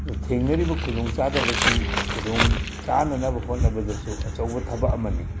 ꯊꯦꯡꯅꯔꯤꯕ ꯈꯨꯗꯣꯡ ꯆꯥꯗꯅꯁꯤ ꯈꯨꯗꯣꯡ ꯆꯥꯅꯅꯕ ꯍꯣꯠꯅꯕꯗꯁꯨ ꯑꯆꯧꯕ ꯊꯕꯛ ꯑꯃꯅꯤ